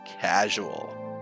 casual